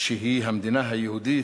שהיא המדינה היהודית,